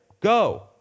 go